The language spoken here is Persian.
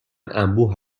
انبوه